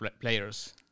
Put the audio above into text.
players